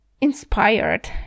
inspired